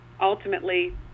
ultimately